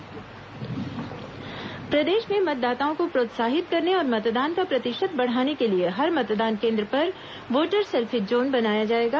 voter selfie zone प्रदेश में मतदाताओं को प्रोत्साहित करने और मतदान का प्रतिशत बढ़ाने के लिए हर मतदान केन्द्र पर वोटर सेल्फी जोन बनाया जाएगा